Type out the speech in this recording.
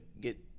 get